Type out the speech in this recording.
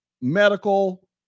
medical